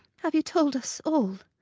have you told us all?